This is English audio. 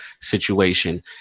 situation